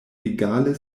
egale